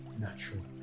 natural